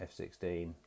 f16